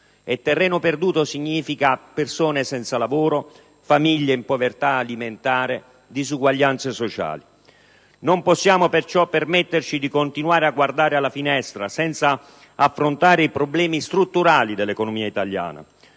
E terreno perduto significa persone senza lavoro, famiglie in povertà alimentare, disuguaglianze sociali. Non possiamo perciò permetterci di continuare a guardare alla finestra, senza affrontare i problemi strutturali dell'economia italiana.